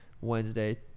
Wednesday